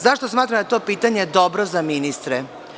Zašto smatram da je to pitanje dobro za ministre?